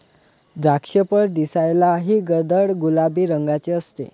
द्राक्षफळ दिसायलाही गडद गुलाबी रंगाचे असते